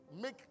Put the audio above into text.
make